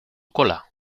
cola